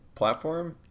platform